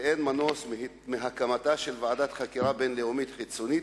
ואין מנוס מהקמתה של ועדת חקירה בין-לאומית חיצונית,